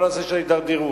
כל הנושא של ההידרדרות.